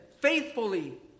faithfully